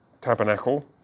Tabernacle